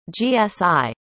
GSI